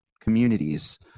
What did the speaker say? communities